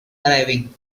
arriving